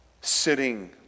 sitting